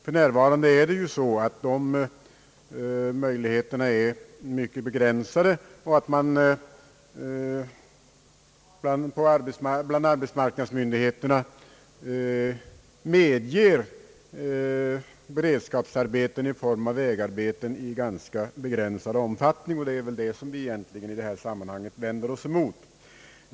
För närvarande är de möjligheterna mycket begränsade. Arbetsmarknadsmyndigheterna medger beredskapsarbeten i form av vägarbeten i ganska begränsad omfattning, och det är detta vi vänder oss emot.